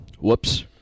Whoops